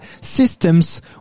systems